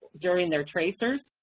during their tracers,